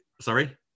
Sorry